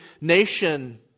nation